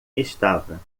estava